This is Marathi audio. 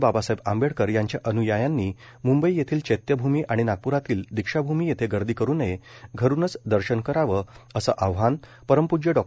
बाबासाहेब आंबेडकर यांच्या अन्यायांनी मुंबई येथिल चैत्यभूमी आणि नागप्रातील दीक्षाभूमी येथे गर्दी करू नये घरूनच दर्शन करावे असे आव्हान परमपूज्य डॉ